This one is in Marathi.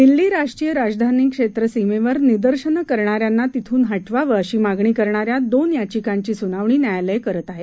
दिल्ली राष्ट्रीय राजधानी क्षेत्र सीमेवर निदर्शनं करणाऱ्यांना तिथ्न हटवावं अशी मागणी करणाऱ्या दोन याचिकांची सुनावणी न्यायालय करत आहे